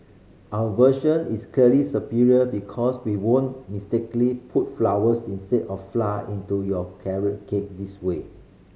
our version is clearly superior because we won't mistakenly put flowers instead of flour into your carrot cake this way